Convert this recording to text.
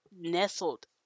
nestled